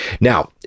Now